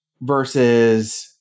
versus